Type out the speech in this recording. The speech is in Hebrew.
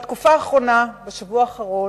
בתקופה האחרונה, בשבוע האחרון,